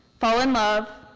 fall in love,